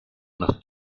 nos